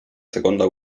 seconda